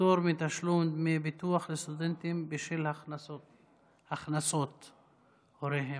פטור מתשלום דמי ביטוח לסטודנטים בשל הכנסות הוריהם).